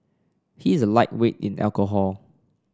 he is a lightweight in alcohol